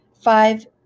five